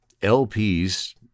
LPs